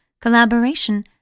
collaboration